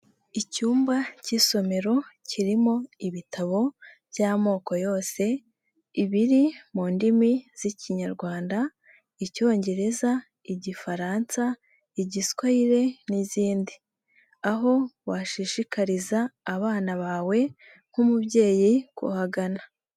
Icyumba k'isomero, kirimo, ibitabo by'amoko yose. Ibiri, mu ndimi, z'ikinyarwanda, icyongereza, igifaransa, igiswahili, n'izindi. Aho washishikariza abana bawe, nk'umubyeyi kuhagana.